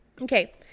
okay